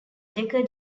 decker